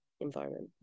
environment